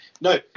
No